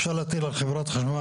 אפשר להטיל על חברת חשמל,